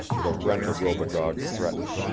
the rent-a-robogogue threatened.